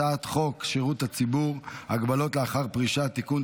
הצעת חוק שירות הציבור (הגבלות לאחר פרישה) (תיקון,